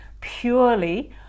purely